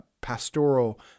pastoral